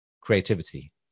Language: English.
creativity